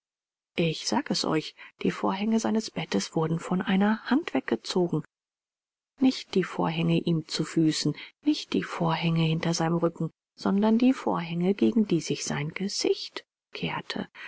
ich sag es euch die vorhänge seines bettes wurden von einer hand weggezogen nicht die vorhänge ihm zu füßen nicht die vorhänge hinter seinem rücken sondern die vorhänge gegen die sich sein gesicht kehrte